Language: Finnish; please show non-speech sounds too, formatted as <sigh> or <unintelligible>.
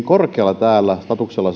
<unintelligible> korkealla statuksella <unintelligible>